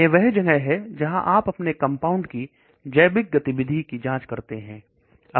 यह वह जगह है जहां आप अपने कंपाउंड की जैविक गतिविधि की जांच करते हैं